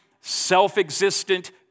self-existent